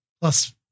plus